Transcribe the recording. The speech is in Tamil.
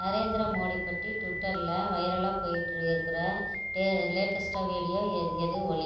நரேந்திர மோடி பற்றி ட்விட்டரில் வைரலாக போய்க்கிட்டு இருக்கிற டே லேட்டஸ்ட் வீடியோ எது எது ஒலி